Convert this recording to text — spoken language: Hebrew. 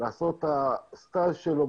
לעשות את הסטאז' שלו,